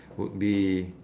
would be